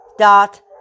dot